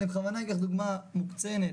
אני בכוונה אקח דוגמה מוקצנת,